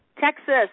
Texas